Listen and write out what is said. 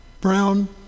Brown